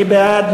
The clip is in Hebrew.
מי בעד?